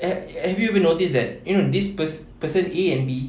have have you even notice that you know this pers~ person A and B